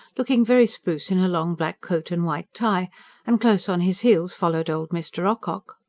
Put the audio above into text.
looking very spruce in a long black coat and white tie and close on his heels followed old mr. ocock.